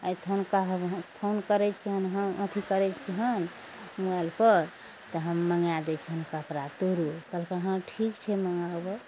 अइठाम कहब फोन करय छियनि हम अथी करय छी हम मोबाइलपर तऽ हम मङाए दै छियनि कपड़ा तोरो कहलकइ हँ ठीक छै मँगाबय